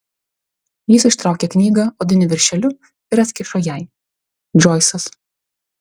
jis ištraukė knygą odiniu viršeliu ir atkišo jai džoisas